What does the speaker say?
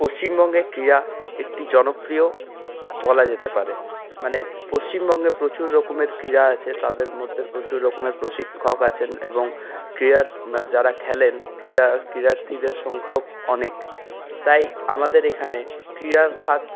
পশ্চিমবঙ্গে ক্রীড়া একটি জনপ্রিয় বলা যেতে পারে মানে পশ্চিমবঙ্গে প্রচুর রকমের ক্রীড়া আছে তাদের মধ্যে প্রচুর রকমের প্রশিক্ষক আছেন এবং ক্রীড়ার মানে যারা খেলেন ক্রীড়ার ক্রীড়ার্থীদের সংখ্যাও অনেক তাই আমাদের এখানে ক্রীড়ার খাত